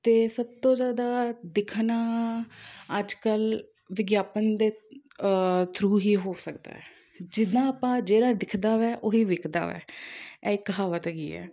ਅਤੇ ਸਭ ਤੋਂ ਜ਼ਿਆਦਾ ਦਿਖਣਾ ਅੱਜ ਕੱਲ੍ਹ ਵਿਗਿਆਪਨ ਦੇ ਥਰੂ ਹੀ ਹੋ ਸਕਦਾ ਹੈ ਜਿੱਦਾਂ ਆਪਾਂ ਜਿਹੜਾ ਦਿਖਦਾ ਹੈ ਉਹੀ ਵਿਕਦਾ ਹੈ ਇਹ ਕਹਾਵਤ ਹੈਗੀ ਹੈ